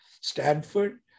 Stanford